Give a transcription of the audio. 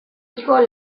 hijos